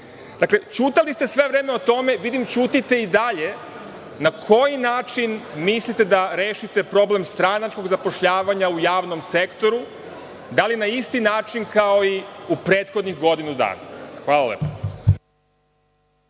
dug. Dakle, ćutali ste sve vreme o tome, vidim ćutite i dalje. Na koji način mislite da rešite problem stranačkog zapošljavanja u javnom sektoru? Da li na isti način kao i u prethodnim godinu dana? Hvala lepo.